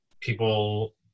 people